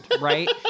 right